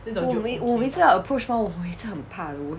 我每我每次要 approach one 我每次很怕的我:wo mei ci hen pa wo